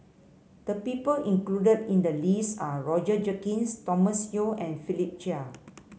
the people included in the list are Roger Jenkins Thomas Yeo and Philip Chia